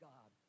God